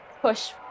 push